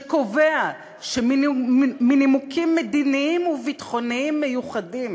שקובע שמנימוקים מדיניים וביטחוניים מיוחדים